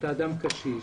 ואתה אדם קשיש